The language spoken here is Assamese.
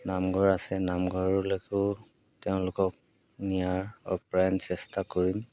নামঘৰ আছে নামঘৰলৈকেও তেওঁলোকক নিয়াৰ অপ্ৰাণ চেষ্টা কৰিম